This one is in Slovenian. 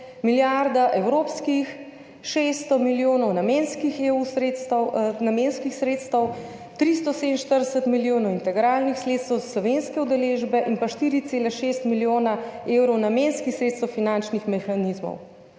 milijarda evropskih, 600 milijonov namenskih sredstev, 347 milijonov integralnih sredstev slovenske udeležbe in pa 4,6 milijona evrov namenskih sredstev finančnih mehanizmov.